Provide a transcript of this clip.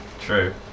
true